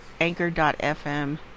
anchor.fm